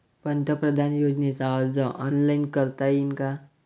पंतप्रधान योजनेचा अर्ज ऑनलाईन करता येईन का?